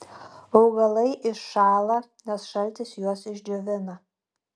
augalai iššąla nes šaltis juos išdžiovina